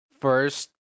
first